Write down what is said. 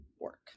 work